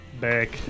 back